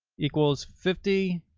equals fifty